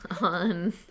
On